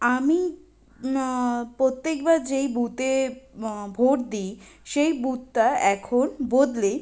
আমি প্রত্যেকবার যেই বুথে ভোট দিই সেই বুথতা এখন বদলে